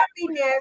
Happiness